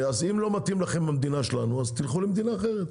אם לא מתאימה לכם המדינה שלנו, תלכו למדינה אחרת.